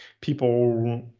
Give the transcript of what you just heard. people